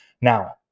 Now